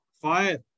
fire